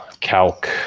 Calc